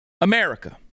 America